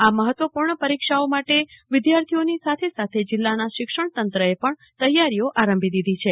આ મહત્વપૂર્ણ પરીક્ષાઓ માટે વિદ્યાર્થીઓની સાથે સાથે જિલ્લાનું શિક્ષણ તંત્રએ પણ તૈયારીઓ આરંભી છે